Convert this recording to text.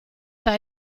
high